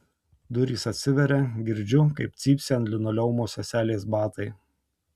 durys atsiveria girdžiu kaip cypsi ant linoleumo seselės batai